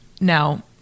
now